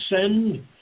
send